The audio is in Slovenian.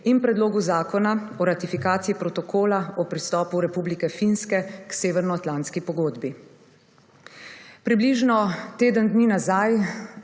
in Predlogu Zakona o ratifikaciji protokola o pristopu Republike Finske k Severnoatlantski pogodbi. Približno teden dni nazaj